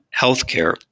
healthcare